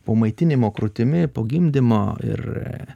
po maitinimo krūtimi po gimdymo ir